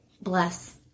Bless